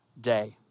day